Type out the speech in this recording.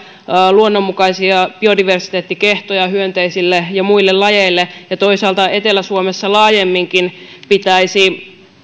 luonnonmukaisia biodiversiteettikehtoja hyönteisille ja muille lajeille ja toisaalta etelä suomessa laajemminkin pitäisi